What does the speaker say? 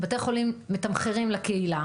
ובתי חולים מתמחרים לקהילה